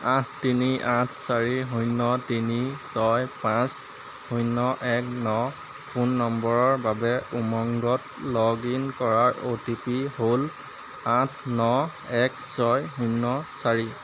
আঠ তিনি আঠ চাৰি শূন্য তিনি ছয় পাঁচ শূন্য এক ন ফোন নম্বৰৰ বাবে উমংগত লগ ইন কৰাৰ অ' টি পি হ'ল আঠ ন এক ছয় শূন্য চাৰি